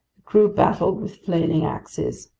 the crew battled with flailing axes.